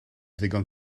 ddigon